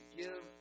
give